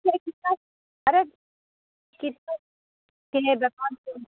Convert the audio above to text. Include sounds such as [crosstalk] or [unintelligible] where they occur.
नहीं [unintelligible] अरे कितना [unintelligible] के लिए दवा [unintelligible]